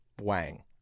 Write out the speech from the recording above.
wang